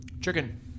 Chicken